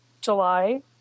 July